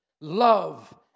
love